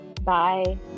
Bye